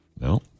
No